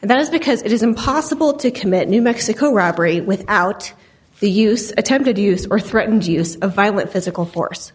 that is because it is impossible to commit new mexico robbery without the use attempted use or threatened use of violent physical force